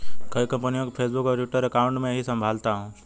कई कंपनियों के फेसबुक और ट्विटर अकाउंट मैं ही संभालता हूं